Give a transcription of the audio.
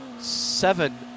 seven